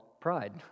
pride